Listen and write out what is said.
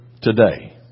today